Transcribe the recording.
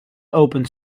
opent